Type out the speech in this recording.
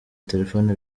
telefoni